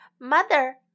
Mother